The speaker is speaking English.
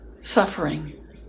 suffering